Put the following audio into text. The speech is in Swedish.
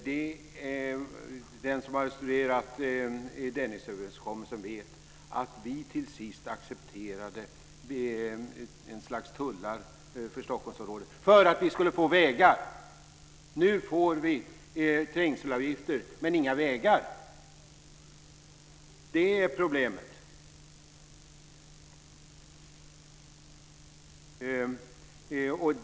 Fru talman! Den som har studerat Dennisöverenskommelsen vet att vi till sist accepterade ett slags tullar för Stockholmsområdet för att vi skulle få vägar. Nu får vi trängselavgifter men inga vägar. Det är problemet.